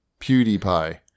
PewDiePie